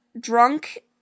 drunk